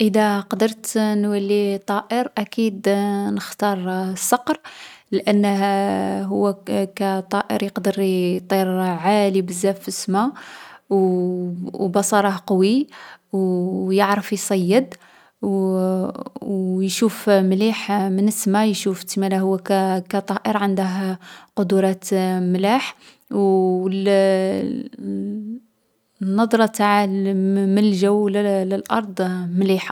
﻿ادا قدرت نولي طائر، أكيد نختار الصقر لأنه هو كطائر يقدر يطير عالي بزاف في السماء، وبصره قوي ويعرف يصيد ويشوف مليح من السماء يشوف تسمى هو كطائر عنده قدرات ملاح و النظرة نتع من الجو ل-للأرض مليحة.